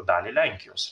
dalį lenkijos